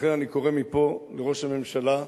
לכן, אני קורא מפה לראש הממשלה,